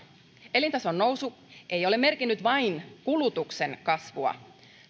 elintason nousu ei ole merkinnyt vain kulutuksen kasvua